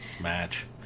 match